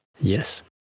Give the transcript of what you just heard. Yes